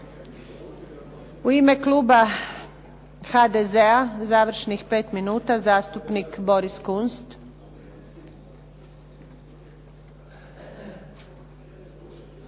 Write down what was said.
U ime Kluba HDZ-a završnih pet minuta, zastupnik Boris Kunst.